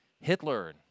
Hitler